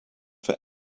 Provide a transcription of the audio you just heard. for